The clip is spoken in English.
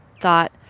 thought